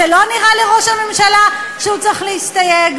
זה לא נראה לראש הממשלה שהוא צריך להסתייג?